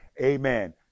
amen